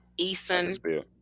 Eason